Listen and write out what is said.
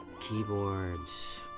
keyboards